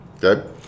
Good